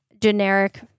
generic